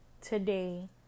today